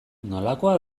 nolakoa